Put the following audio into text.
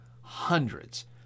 hundreds